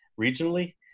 regionally